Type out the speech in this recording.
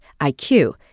IQ